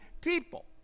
people